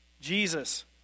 Jesus